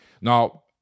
Now